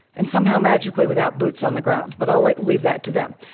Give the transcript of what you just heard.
and somehow magically, without boots on the ground. but i'll like leave that to them.